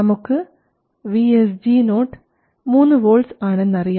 നമുക്ക് VSG0 3 volts ആണെന്നറിയാം